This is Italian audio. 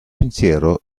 pensiero